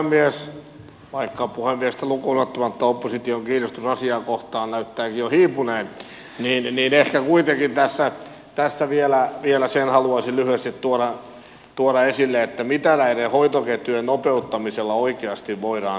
vaikka puhemiestä lukuun ottamatta opposition kiinnostus asiaa kohtaan näyttääkin jo hiipuneen niin ehkä kuitenkin tässä vielä sen haluaisin lyhyesti tuoda esille mitä näiden hoitoketjujen nopeuttamisella oikeasti voidaan saada aikaan